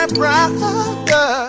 brother